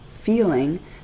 feeling